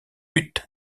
buts